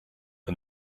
een